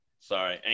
Sorry